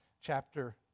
chapter